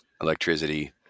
electricity